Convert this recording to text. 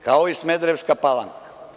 Kao i Smederevska Palanka.